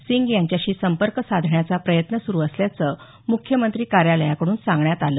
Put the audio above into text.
सिंग यांच्याशी संपर्क साधण्याचा प्रयत्न सुरू असल्याचं म्ख्यमंत्री कार्यालयाकडून सांगण्यात आल